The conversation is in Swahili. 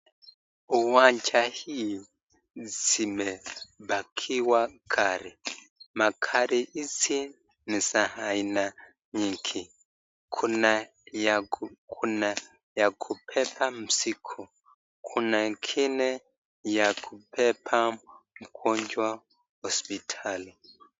Uwanja hii zimepakiwa gari, magari hizi ni za haina nyingi kuna ya kubeba mzigo, kuna nyingine ya kubeba mgonjwa hospitali.